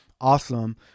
awesome